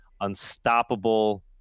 unstoppable